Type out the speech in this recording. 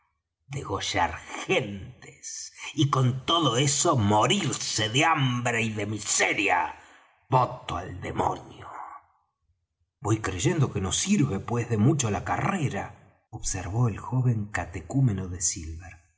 degollar gentes y con todo eso morirse de hambre y de miseria voto al demonio voy creyendo que no sirve pues de mucho la carrera observó el joven catecúmeno de silver